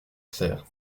cère